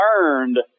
learned